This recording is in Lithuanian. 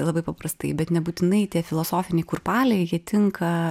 labai paprastai bet nebūtinai tie filosofiniai kurpaliai jie tinka